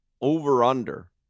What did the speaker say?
Over/under